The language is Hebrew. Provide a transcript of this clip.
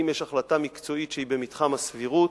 אם יש החלטה מקצועית שהיא במתחם הסבירות,